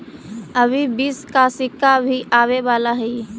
अभी बीस का सिक्का भी आवे वाला हई